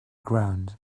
ground